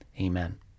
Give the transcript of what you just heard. Amen